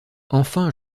enfin